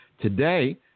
Today